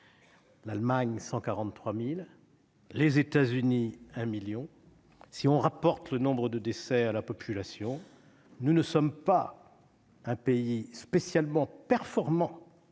Allemagne et un million aux États-Unis. Si on rapporte le nombre de décès à la population, nous ne sommes pas un pays spécialement performant